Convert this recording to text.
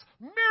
mirror